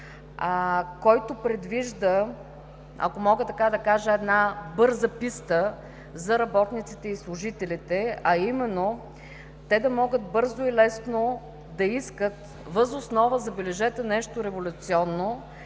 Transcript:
който предвижда, ако мога така да кажа, бърза писта за работниците и служителите, а именно те да могат бързо и лесно да искат въз основа, забележете, нещо революционно,